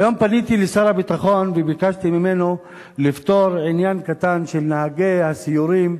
היום פניתי לשר הביטחון וביקשתי ממנו לפתור עניין קטן של נהגי הסיורים,